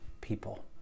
people